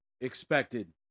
Expected